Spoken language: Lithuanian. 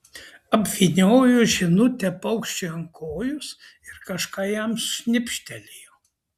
apvyniojo žinutę paukščiui ant kojos ir kažką jam šnibžtelėjo